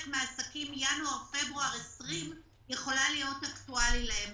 מהעסקים ינואר-פברואר 20' יכולים להיות אקטואליים עבורם.